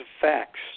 facts